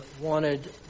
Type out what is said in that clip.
wanted